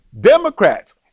Democrats